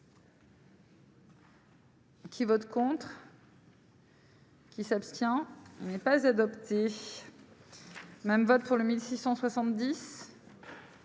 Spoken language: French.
Qui vote contre. Qui s'abstient, il n'est pas adopté même vote pour le 1670.